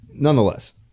Nonetheless